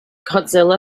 godzilla